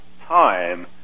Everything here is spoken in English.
time